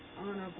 honorable